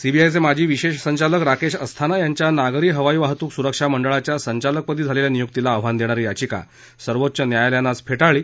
सीबीआयचे माजी विशेष संचालक राकेश अस्थाना यांच्या नागरी हवाई वाहतूक सुरक्षा मंडळाच्या संचालकपदी झालेल्या नियुक्तीला आव्हान देणारी याचिका सर्वोच्च न्यायालयानं आज फेटाळली